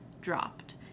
dropped